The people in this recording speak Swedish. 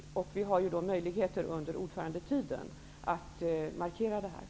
Vi har ju möjligheter under ordförandetiden att markera detta.